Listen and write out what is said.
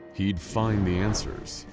he'd find the answers,